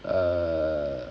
err